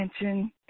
attention